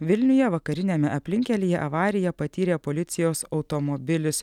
vilniuje vakariniame aplinkkelyje avariją patyrė policijos automobilis